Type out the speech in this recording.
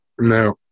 No